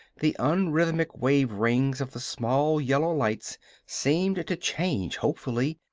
the unrhythmic waverings of the small yellow lights seemed to change hopefully,